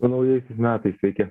su naujais metais sveiki